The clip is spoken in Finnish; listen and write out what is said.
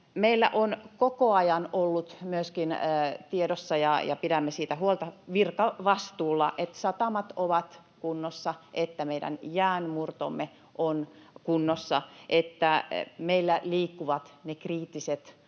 Meillä on koko ajan ollut myöskin tiedossa ja pidämme siitä huolta virkavastuulla, että satamat ovat kunnossa, että meidän jäänmurtomme on kunnossa, että meillä liikkuvat ne kriittiset